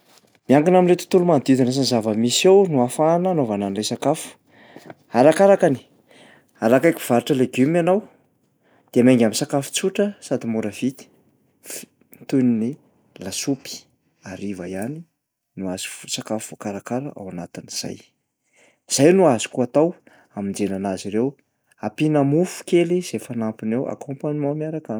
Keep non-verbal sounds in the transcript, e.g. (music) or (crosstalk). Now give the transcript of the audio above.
Miankina am'le tontolo manodidina sy ny zava-misy eo no ahafahana anaovana an'lay sakafo. Arakarakany, raha akaiky mpivarotra legioma ianao, de mianga am'sakafo tsotra sady mora vita (noise) toy ny lasopy hariva ihany no azo f- sakafo voakarakara ao anatin'zay. Zay no azoko atao hamonjena anazy ireo. Ampiana mofo kely izay fanampiny eo, accompagnement miaraka aminy.